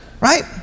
Right